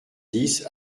dix